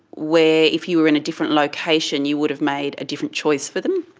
where if you were in a different location you would have made a different choice for them?